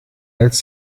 als